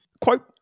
Quote